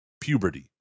puberty